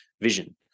vision